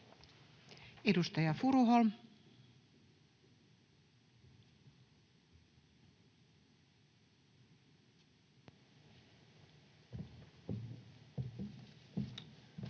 Edustaja Furuholm. [Speech